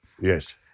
Yes